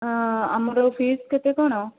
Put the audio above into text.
ଆମର ଫିସ୍ କେତେ କ'ଣ